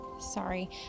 Sorry